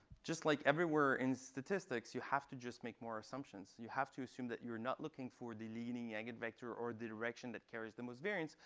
just like everywhere in statistics, you have to just make more assumptions. you have to assume that you're not looking for the leading eigenvector or the direction that carries the most variance.